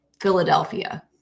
Philadelphia